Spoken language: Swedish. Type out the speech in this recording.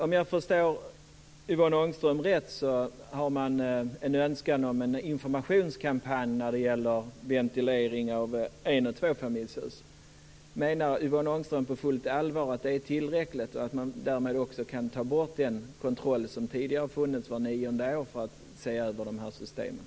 Om jag förstår Yvonne Ångström rätt finns det en önskan om en informationskampanj om ventilering av en och tvåbostadshus. Menar Yvonne Ångström på fullt allvar att det är tillräckligt och att man därmed kan ta bort den kontroll som tidigare varit vart nionde år för att se över de här systemen?